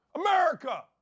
America